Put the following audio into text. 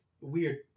Weird